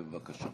בבקשה.